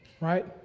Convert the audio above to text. Right